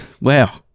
wow